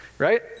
Right